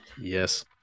Yes